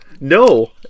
No